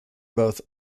both